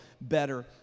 better